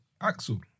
Axel